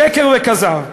שקר וכזב.